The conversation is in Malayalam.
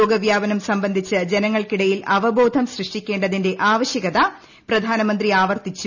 രോഗവ്യാപനം സംബന്ധിച്ച് ജനങ്ങൾക്കിടയിൽ അപ്പബ്ബോധം സൃഷ്ടിക്കേണ്ട തിന്റെ ആവശ്യകത പ്രധാനമന്ത്രി ആപർത്തിച്ചു